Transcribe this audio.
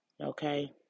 Okay